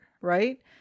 right